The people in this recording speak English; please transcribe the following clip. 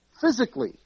Physically